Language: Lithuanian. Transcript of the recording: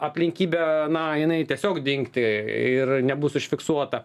aplinkybė na jinai tiesiog dingti ir nebus užfiksuota